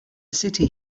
city